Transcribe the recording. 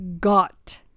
Got